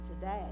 today